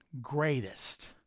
greatest